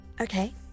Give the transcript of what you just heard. Okay